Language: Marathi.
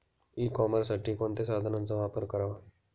ई कॉमर्ससाठी कोणत्या साधनांचा वापर करावा?